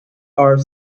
are